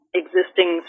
existing